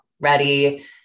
ready